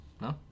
no